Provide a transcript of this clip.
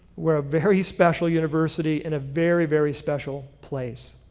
we're a very special university and a very, very special place.